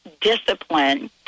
Discipline